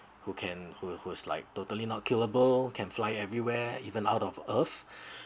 who can who who's like totally not killable can fly everywhere even out of earth